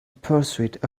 pursuit